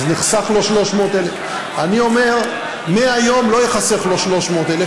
אז נחסך לו 300,000. אני אומר: מהיום לא ייחסך לו 300,000,